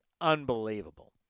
unbelievable